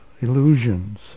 illusions